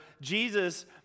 Jesus